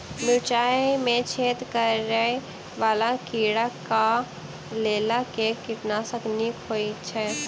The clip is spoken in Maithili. मिर्चाय मे छेद करै वला कीड़ा कऽ लेल केँ कीटनाशक नीक होइ छै?